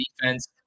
defense